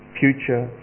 future